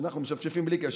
אנחנו משפשפים בלי קשר,